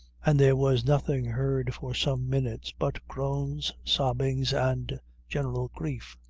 and there was nothing heard for some minutes, but groans, sobbings, and general grief.